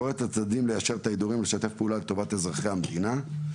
וקוראת את הצדדים ליישר את ההדורים ולשתף פעולה לטובת אזרחי המדינה.